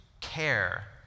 care